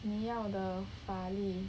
你要的法力